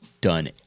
done